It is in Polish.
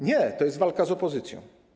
Nie, to jest walka z opozycją.